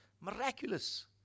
Miraculous